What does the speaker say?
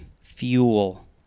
fuel